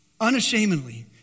Unashamedly